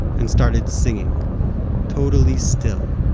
and started singing totally still